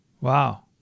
Wow